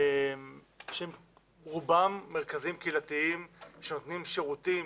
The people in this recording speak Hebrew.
שהם רובם מרכזים קהילתיים שנותנים שירותים